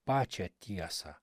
pačią tiesą